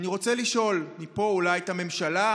אני רוצה לשאול מפה, אולי את הממשלה: